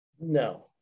No